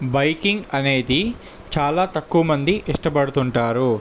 biking అనేది చాలా తక్కువ మంది ఇష్టపడుతు ఉంటారు